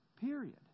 Period